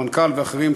המנכ"ל ואחרים,